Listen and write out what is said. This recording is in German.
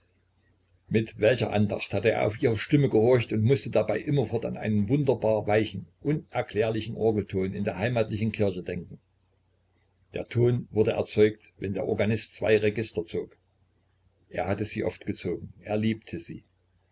mit welcher andacht hatte er auf ihre stimme gehorcht und mußte dabei immerfort an einen wunderbar weichen unerklärlichen orgelton in der heimatlichen kirche denken der ton wurde erzeugt wenn der organist zwei register zog er hatte sie oft gezogen er liebte sie